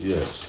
Yes